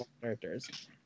characters